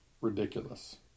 ridiculous